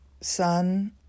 son